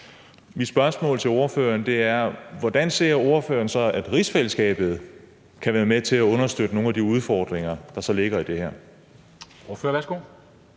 Mit spørgsmål til ordføreren er: Hvordan ser ordføreren så at rigsfællesskabet kan være med til at understøtte løsningen på nogle af de udfordringer, der så ligger i det her?